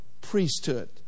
priesthood